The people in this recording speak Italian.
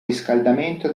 riscaldamento